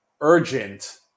urgent